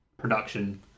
production